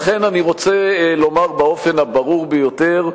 לכן אני רוצה לומר באופן הברור ביותר: